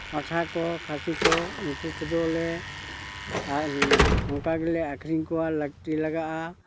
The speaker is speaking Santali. ᱯᱟᱴᱷᱟ ᱠᱚ ᱠᱷᱟᱹᱥᱤ ᱠᱚ ᱩᱱᱠᱩ ᱠᱚᱫᱚ ᱞᱮ ᱟᱨ ᱚᱱᱠᱟ ᱜᱮᱞᱮ ᱟᱠᱷᱨᱤᱧ ᱠᱚᱣᱟ ᱞᱟᱹᱠᱛᱤ ᱞᱟᱜᱟᱜᱼᱟ